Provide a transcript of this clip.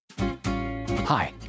Hi